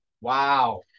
Wow